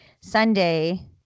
Sunday